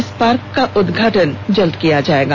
इस पार्क का उदघाटन जल्द किया जाएगा